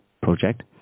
project